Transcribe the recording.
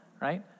Right